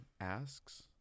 asks